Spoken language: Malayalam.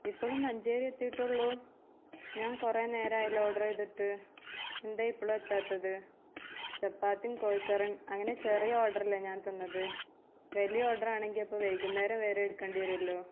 ഇപ്പൊഴും മഞ്ചേരി എത്തിയിട്ടുള്ളു ഞാന് കുറേ നേരമായല്ലോ ഓർഡർ ചെയ്തിട്ട് എന്താണ് ഇപ്പോഴും എത്താത്തത് ചപ്പാത്തിയും കോഴിക്കറിയും അങ്ങനെ ചെറിയ ഓർഡറല്ലേ ഞാൻ തന്നത് വലിയ ഓർഡർ ആണെങ്കില് അപ്പോൾ വൈകുന്നേരം വരെ എടുക്കേണ്ടി വരുമല്ലോ